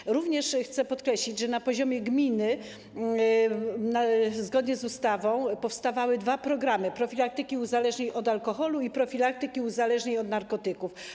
Chcę również podkreślić, że na poziomie gminy zgodnie z ustawą powstawały dwa programy: profilaktyki uzależnień od alkoholu i profilaktyki uzależnień od narkotyków.